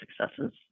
successes